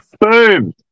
Boom